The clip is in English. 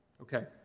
Okay